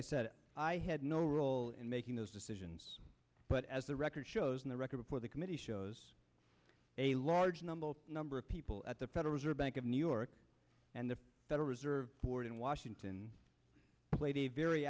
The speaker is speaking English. i said i had no role in making those decisions but as the record shows in the record before the committee shows a large number a number of people at the federal reserve bank of new york and the federal reserve board in washington played a very